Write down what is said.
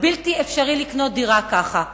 זה בלתי אפשרי לקנות ככה דירה.